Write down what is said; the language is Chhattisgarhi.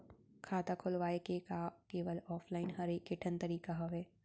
खाता खोलवाय के का केवल ऑफलाइन हर ऐकेठन तरीका हवय?